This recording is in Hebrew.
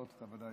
אותן,